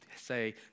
say